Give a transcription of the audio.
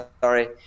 sorry